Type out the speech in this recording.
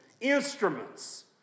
instruments